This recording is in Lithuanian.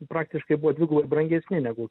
praktiškai buvo dvigubai brangesni negu